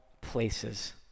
places